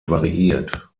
variiert